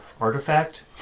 artifact